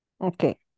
Okay